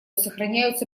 сохраняются